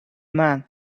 man